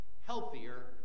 healthier